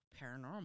paranormal